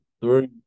Three